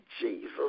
Jesus